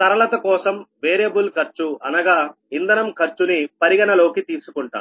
సరళత కోసం వేరియబుల్ ఖర్చు అనగా ఇంధనం ఖర్చు ని పరిగణనలోకి తీసుకుంటాం